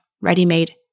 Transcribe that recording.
ready-made